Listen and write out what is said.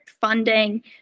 funding